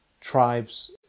tribes